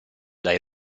dai